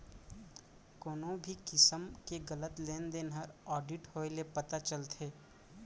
कोनो भी किसम के गलत लेन देन ह आडिट होए ले पता चलथे